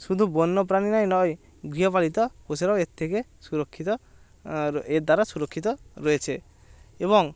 শুধু বন্য প্রাণীরাই নয় গৃহপালিত পশুরাও এর থেকে সুরক্ষিত এর দ্বারা সুরক্ষিত রয়েছে এবং